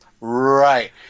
Right